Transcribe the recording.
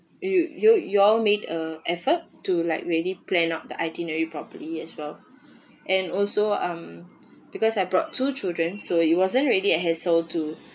you you your made a effort to like ready plan out the itinerary properly as well and also um because I brought two children so it wasn't really a hassle to